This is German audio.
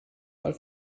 mal